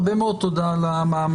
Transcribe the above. הרבה מאוד תודה על המאמץ.